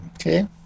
okay